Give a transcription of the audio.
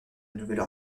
nouvelle